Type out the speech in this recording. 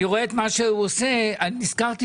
אני רואה את מה שהוא עושה ואני נזכרתי